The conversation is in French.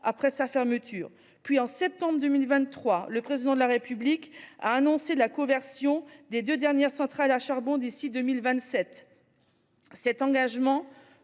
après sa fermeture. Puis, en septembre 2023, le Président de la République a annoncé la conversion des deux dernières centrales à charbon d’ici à 2027. Cet engagement,